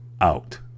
out